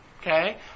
okay